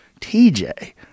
TJ